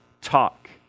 talk